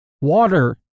water